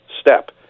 step